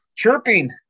Chirping